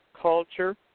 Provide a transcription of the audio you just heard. culture